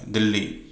Delhi